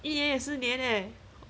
一年也是年 leh